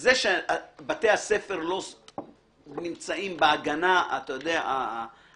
זה שבתי הספר לא נמצאים בהגנה המקסימלית,